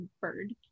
bird